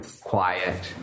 quiet